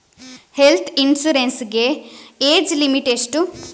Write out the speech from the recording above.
Health insurance ಗೆ age limit ಎಷ್ಟು?